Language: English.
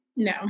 No